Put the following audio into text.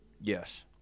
Yes